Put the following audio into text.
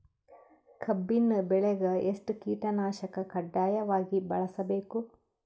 ಕಬ್ಬಿನ್ ಬೆಳಿಗ ಎಷ್ಟ ಕೀಟನಾಶಕ ಕಡ್ಡಾಯವಾಗಿ ಬಳಸಬೇಕು?